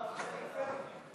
ההסתייגות של קבוצת סיעת יש עתיד